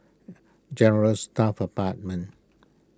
General Staff Apartment